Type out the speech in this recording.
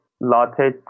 latte